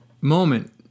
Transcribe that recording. moment